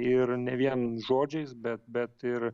ir ne vien žodžiais bet bet ir